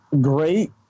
great